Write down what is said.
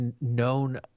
known